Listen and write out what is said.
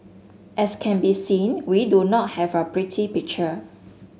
as can be seen we do not have a pretty picture